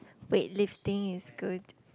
weightlifting is good